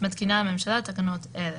מתקינה הממשלה תקנות אלה:"